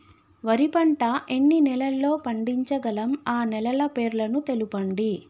వరి పంట ఎన్ని నెలల్లో పండించగలం ఆ నెలల పేర్లను తెలుపండి?